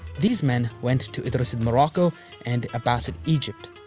these men went to idrisid morocco and abbasid egypt.